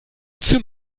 zum